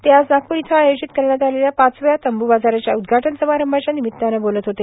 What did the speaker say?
ते आज नागपूर इथं आयोजित करण्यात आलेल्या पाचव्या तंबू बाजाराच्या उद्घाटन समारंभाच्या निमित्तानं बोलत होते